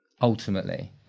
Ultimately